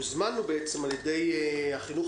הוזמנו על ידי רחל יעקובסון מן החינוך